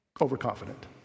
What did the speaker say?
overconfident